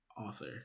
author